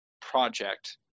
project